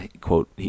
quote